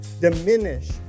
diminish